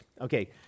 Okay